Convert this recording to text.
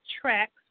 tracks